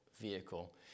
vehicle